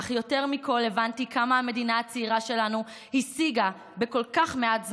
אך יותר מכול הבנתי כמה המדינה הצעירה שלנו השיגה בכל כך מעט זמן,